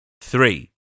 three